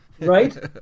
right